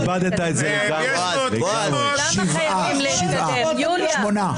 כבשנו את השלטון וזרקנו אתכם לאופוזיציה, נכון.